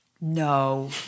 No